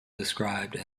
described